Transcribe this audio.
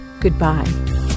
goodbye